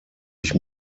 ich